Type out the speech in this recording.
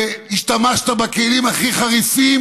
והשתמשת בכלים הכי חריפים